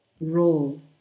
role